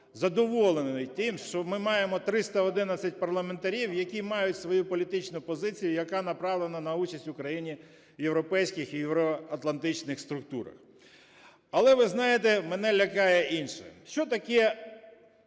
задоволений тим, що ми маємо 311 парламентарів, які мають свою політичну позицію, яка направлена на участь України в європейських і євроатлантичних структурах. Але, ви знаєте, мене лякає інше. Що таке